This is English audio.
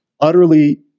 Utterly